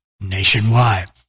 nationwide